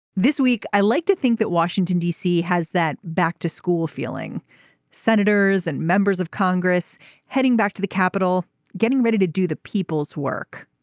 this week i like to think that washington d c. has that back to school feeling senators and members of congress heading back to the capital getting ready to do the people's work.